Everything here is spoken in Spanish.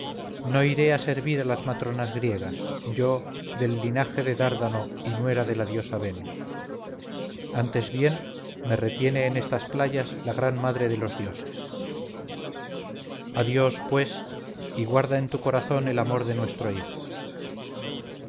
no iré a servir a las matronas griegas yo del linaje de dárdano y nuera de la diosa venus antes bien me retiene en estas playas la gran madre de los dioses adiós pues y guarda en tu corazón el amor de nuestro hijo